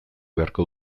beharko